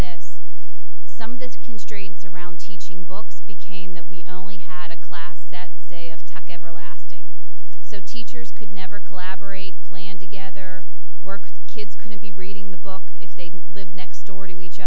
of this constraints around teaching books became that we only had a class set say of tuck everlasting so teachers could never collaborate plan together worked kids couldn't be reading the book if they didn't live next door to each